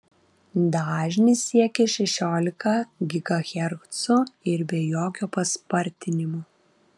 dažnis siekia šešiolika gigahercų ir be jokio paspartinimo